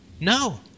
No